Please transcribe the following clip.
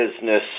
business